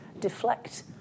deflect